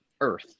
earth